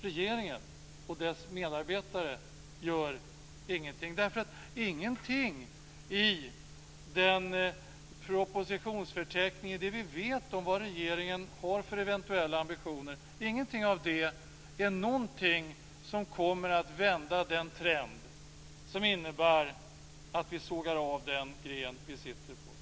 Regeringen och dess medarbetare gör ingenting, därför att ingenting i propositionsförteckningen och ingenting av det som vi vet om regeringens eventuella ambitioner kommer att vända den trend som innebär att vi sågar av den gren som vi sitter på.